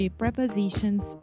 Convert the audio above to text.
prepositions